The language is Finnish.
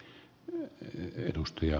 arvoisa puhemies